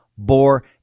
bore